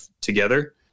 together